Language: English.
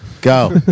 go